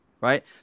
right